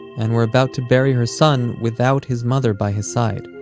and were about to bury her son without his mother by his side.